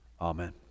Amen